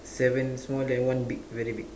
seven small then one big very big